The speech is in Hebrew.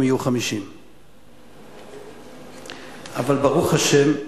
יהיו 50. אבל ברוך השם,